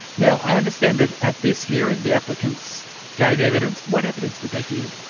now, i understand that at this hearing the applicants gave evidence. what evidence did they give?